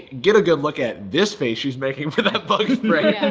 get a good look at this face she's making for that bug spray.